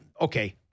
okay